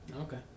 Okay